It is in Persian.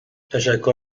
تشکر